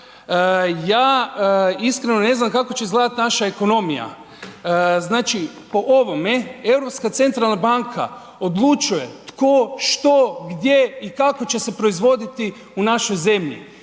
Ja iskreno ne znam kako će izgledati naša ekonomija. Znači po ovome Europska centralna banka odlučuje tko, što, gdje i kako će se proizvoditi u našoj zemlji.